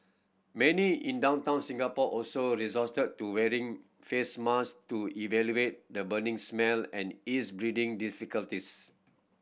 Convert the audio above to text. many in downtown Singapore also resorted to wearing face mask to alleviate the burning smell and ease breathing difficulties